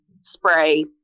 spray